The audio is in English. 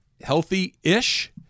healthy-ish